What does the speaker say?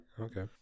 Okay